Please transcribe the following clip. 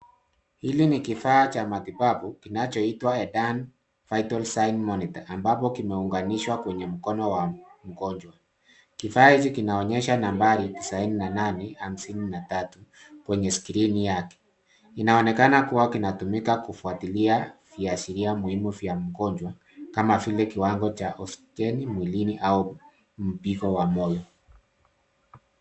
Hili ni kifaa cha matibabu kinachoitwa edan vital sign monitor , ambapo kimeunganishwa kwenye mkono wa mgonjwa. Kifaa hizi kinaonyesha nambari tisaini na nane hamsini na tatu kwenye skrini yake .Inaonekana kuwa kinatumika kufuatilia viashiria muhimu vya mgonjwa, kama vile kiwango cha oksijeni mwilini au mpigo wa moyo.